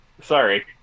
Sorry